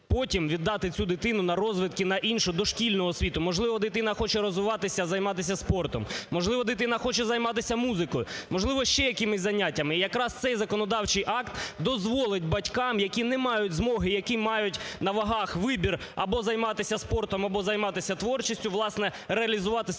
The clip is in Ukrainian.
потім віддати цю дитину на розвиток на іншу, дошкільну освіту. Можливо, дитина хоче розвиватися, займатися спортом, можливо, дитина хоче займатися музикою, можливо, ще якимись заняттями. Якраз цей законодавчий акт дозволить батькам, які не мають змоги, які мають на вагах вибір – або займатися спортом, або займатися творчістю – власне, реалізувати